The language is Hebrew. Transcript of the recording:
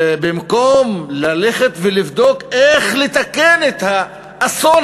ובמקום ללכת ולבדוק איך לתקן את האסון